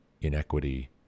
inequity